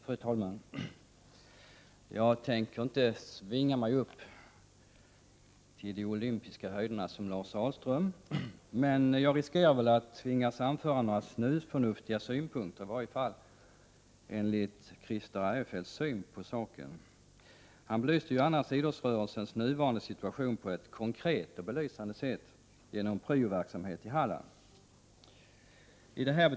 Fru talman! Jag avser inte att svinga mig upp till de olympiska höjderna, som Lars Ahlström gjorde. Men jag känner mig i alla fall tvungen att anföra några snusförnuftiga synpunkter, enligt Christer Eirefelts syn på saken. Han redogjorde annars för idrottsrörelsens situation på ett konkret och belysande sätt genom att beskriva pryoverksamheten i Halland.